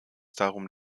darum